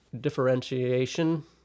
differentiation